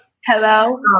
Hello